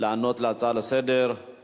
לענות להצעה לסדר-היום,